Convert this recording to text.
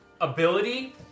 ability